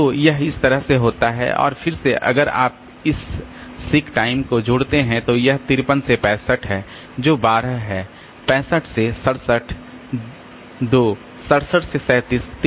तो यह इस तरह से होता है और फिर से अगर आप इस सीक टाइम को जोड़ते हैं तो यह 53 से 65 है जो 12 है 65 से 67 2 67 से 37 30